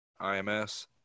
IMS